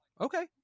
okay